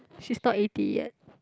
she's not eighty yet